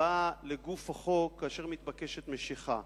הצבעה לגוף החוק כאשר מתבקשת משיכה.